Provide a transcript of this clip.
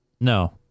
No